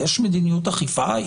יש מדיניות אכיפה,